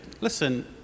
Listen